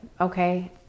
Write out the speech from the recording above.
okay